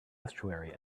estuary